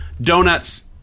donuts